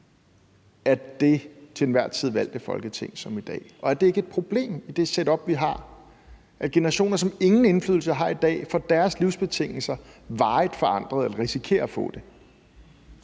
af det til enhver tid valgte Folketing som i dag? Er det setup, vi har, ikke et problem, altså at generationer, som ingen indflydelse har i dag, får deres livsbetingelser varigt forandret eller risikerer at få det?